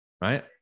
Right